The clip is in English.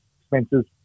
expenses